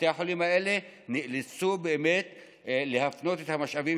בתי החולים האלה נאלצו באמת להפנות את המשאבים